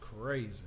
crazy